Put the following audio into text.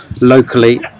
locally